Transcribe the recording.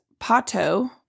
Pato